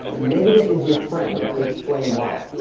negative is your friend, let me explain why.